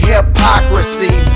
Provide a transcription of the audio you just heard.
Hypocrisy